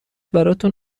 براتون